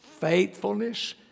faithfulness